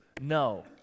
no